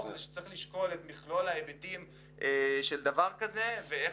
הוא שצריך לשקול את מכלול ההיבטים של דבר כזה ואיך